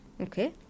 Okay